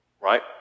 Right